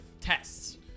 tests